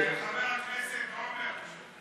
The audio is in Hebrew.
חבר הכנסת עמר,